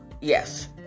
yes